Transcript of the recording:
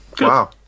Wow